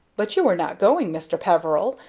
but you are not going, mr. peveril?